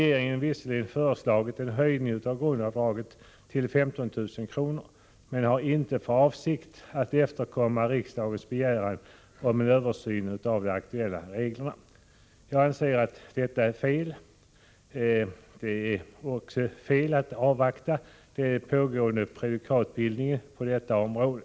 föreningar Visserligen har regeringen föreslagit en höjning av grundavdraget till 15 000 kr., men man har inte för avsikt att efterkomma riksdagens begäran om en översyn av de aktuella reglerna. Jag anser att detta är fel. Det är också fel att avvakta resultatet av pågående arbete beträffande prejudikatsbildningen på detta område.